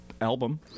Album